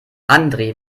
andre